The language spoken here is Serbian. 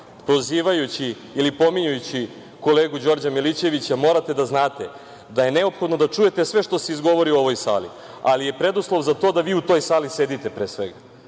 prozivajući ili pominjući kolegu Đorđa Milićevića, morate da znate da je neophodno da čujete sve što se izgovori u ovoj sali, ali je preduslov za to da vi u toj sali sedite, pre svega.